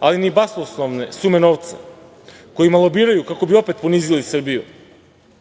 ali ni basnoslovne sume novca kojima lobiraju kako bi opet ponizili Srbiju. Sada